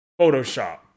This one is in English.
Photoshop